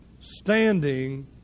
standing